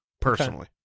personally